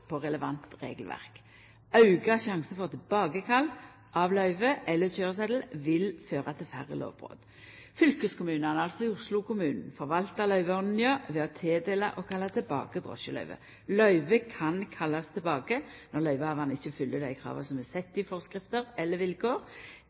på relevant regelverk. Auka risiko for tilbakekall av løyve eller køyresetel vil føra til færre lovbrot. Fylkeskommunane, her altså Oslo kommune, forvaltar løyveordninga ved å tildela og kalla tilbake drosjeløyve. Løyve kan kallast tilbake når løyvehavaren ikkje fyller dei krava som er